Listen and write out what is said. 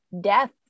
death